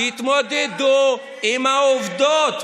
תתמודדו עם העובדות.